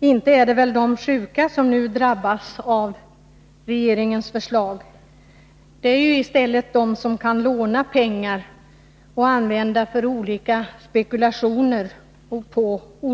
Inte är det de sjuka, som nu drabbas av regeringens förslag. Det är i stället de som kan låna pengar till olika spekulationsobjekt.